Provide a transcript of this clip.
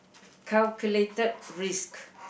calculated risk